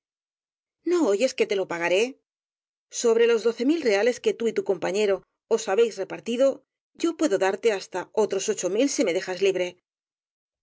o oyes que yo te lo pagaré sobre los doce mil reales que tú y tu compañero os habéis repartido yo puedo darte hasta otros ocho mil si me dejas libre